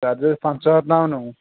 charges ପାଞ୍ଚ ହଜାର ଟଙ୍କା ଆମେ ନେବୁ